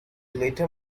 later